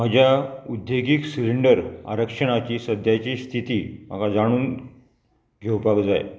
म्हज्या उद्देगीक सिलिंडर आरक्षणाची सद्याची स्थिती म्हाका जाणून घेवपाक जाय